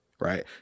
Right